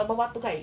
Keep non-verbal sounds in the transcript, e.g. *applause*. *breath*